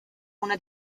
una